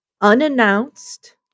unannounced